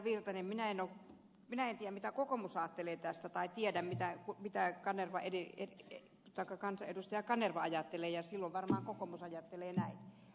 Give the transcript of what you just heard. virtanen minä en tiedä mitä kokoomus ajattelee tästä tai tiedän mitään kun pitää kanerva edie mitä kansanedustaja kanerva ajattelee ja silloin varmaan kokoomus ajattelee näin